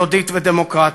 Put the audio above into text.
יהודית ודמוקרטית.